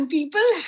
People